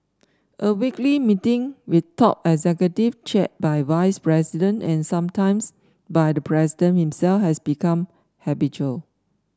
a weekly meeting with top executive chaired by vice president and sometimes by the president himself has become habitual